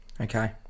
Okay